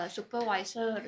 Supervisor